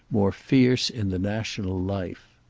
more fierce in the national life.